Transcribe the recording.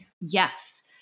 Yes